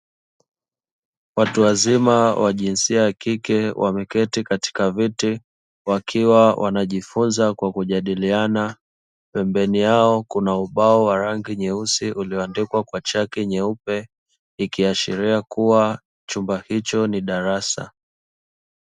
Watu wazima wa jinsia ya kike wameketi katika viti wakiwa wanajifunza kwa kujadiliana, pembeni yao kuna ubao wa rangi nyeusi ulioandikwa kwa chaki nyeupe, ikiashiria kuwa chumba hicho ni darasa.